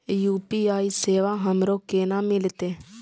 UPI सेवा हमरो केना मिलते?